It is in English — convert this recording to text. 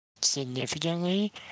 significantly